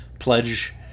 pledge